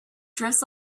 drifts